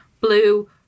blue